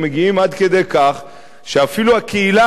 הם מגיעים עד כדי כך שאפילו הקהילה